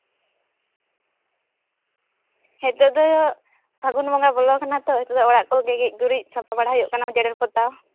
ᱱᱤᱛᱳᱜ ᱫᱚ ᱯᱷᱟᱹᱜᱩᱱ ᱵᱚᱸᱜᱟ ᱵᱚᱞᱚᱣᱟᱠᱟᱱᱟ ᱛᱚ ᱱᱤᱛᱳᱜ ᱫᱚ ᱚᱲᱟᱜ ᱠᱚᱜᱮ ᱜᱮᱡᱼᱜᱩᱨᱤᱡ ᱥᱟᱯᱷᱟ ᱵᱟᱲᱟ ᱦᱩᱭᱩᱜ ᱠᱟᱱᱟ ᱡᱮᱨᱮᱲ ᱯᱚᱛᱟᱣ